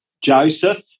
Joseph